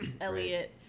Elliot